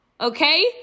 okay